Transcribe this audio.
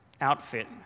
outfit